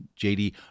JD